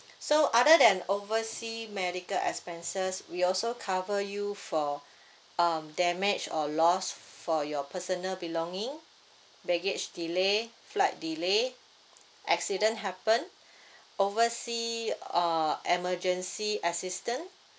so other than oversea medical expenses we also cover you for um damage or loss for your personal belonging baggage delay flight delay accident happen oversea uh emergency assistant